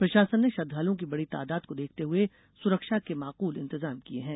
प्रशासन ने श्रद्वालुओं की बड़ी तादाद को देखते हए सुरक्षा के माकल इंतजाम किये हैं